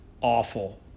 awful